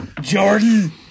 Jordan